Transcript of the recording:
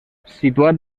situat